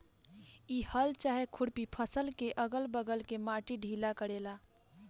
इ हल चाहे खुरपी फसल के अगल बगल के माटी ढीला करेला